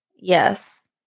Yes